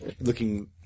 looking